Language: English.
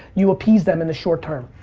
you appease them in the short-term.